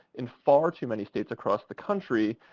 in far too many states across the country,